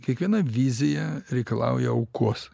kiekviena vizija reikalauja aukos